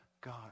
God